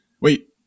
wait